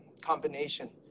combination